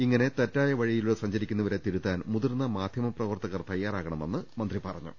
ഇങ്ങനെ തെറ്റായ വഴിയിലൂടെ സഞ്ചരിക്കുന്നവരെ തിരുത്താൻ മുതിർന്ന മാധ്യമ പ്രവർത്തകർ തയ്യാറാകണമെന്നും മന്ത്രി പറഞ്ഞു